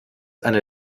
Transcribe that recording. einer